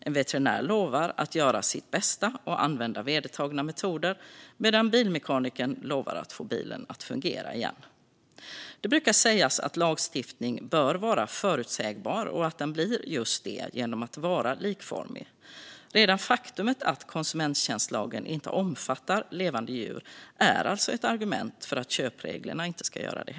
En veterinär lovar att göra sitt bästa och använda vedertagna metoder, medan bilmekanikern lovar att få bilen att fungera igen. Det brukar sägas att lagstiftning bör vara förutsägbar och att den blir just det genom att vara likformig. Redan det faktum att konsumenttjänstlagen inte omfattar levande djur är alltså ett argument för att inte heller köpreglerna ska göra det.